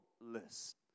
list